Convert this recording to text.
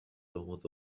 منذ